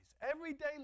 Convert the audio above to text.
everyday